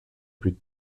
plus